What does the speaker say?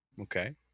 okay